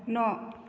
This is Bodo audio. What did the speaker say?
न'